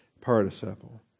Participle